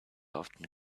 often